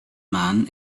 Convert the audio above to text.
man